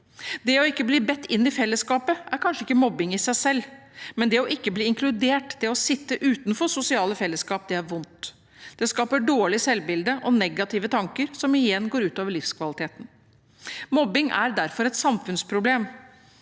Det å ikke bli bedt inn i felleskap er kanskje ikke mobbing i seg selv, men det å ikke bli inkludert, det å sit te utenfor sosiale felleskap, er vondt. Det skaper et dårlig selvbilde og negative tanker, som igjen går ut over livskvaliteten. Mobbing er derfor et samfunnsproblem.